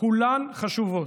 כולן חשובות.